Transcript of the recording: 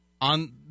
On